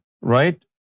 right